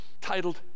titled